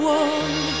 one